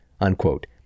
unquote